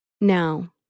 Now